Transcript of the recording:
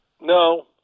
No